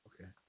Okay